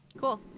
Cool